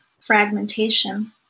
fragmentation